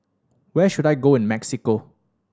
where should I go in Mexico